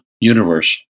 universe